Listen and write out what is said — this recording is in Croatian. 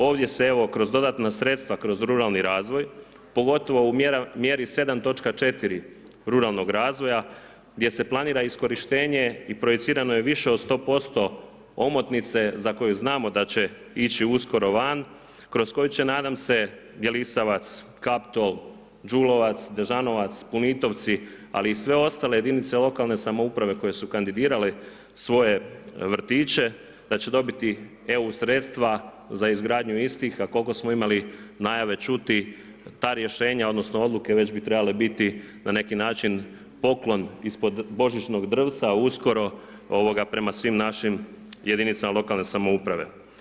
Ovdje se evo kroz dodatna sredstva, kroz ruralni razvoj, pogotovo u mjeri 7.4 ruralnog razvoja gdje se planira iskorištenje i projicirano je više od 100% omotnice za koju znamo da će ići uskoro van, kroz koju će nadam se Jelisavac, Kaptol, Đulovac, Dežanovac, Punitovci, ali i sve ostale jedinice lokalne samouprave koje su kandidirale svoje vrtiće da će dobiti EU sredstva za izgradnju istih, a koliko smo imali najave čuti ta rješenja odnosno odluke već bi trebale biti na neki način ispod božićnog drvca uskoro ovoga prema svim našim Jedinicama lokalne samouprave.